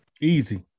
Easy